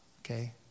Okay